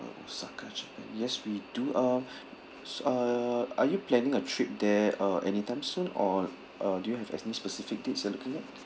osaka japan yes we do uh s~ uh are you planning a trip there uh anytime soon or uh do you have any specific dates you're looking at